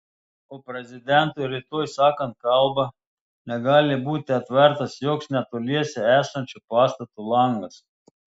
o prezidentui rytoj sakant kalbą negali būti atvertas joks netoliese esančio pastato langas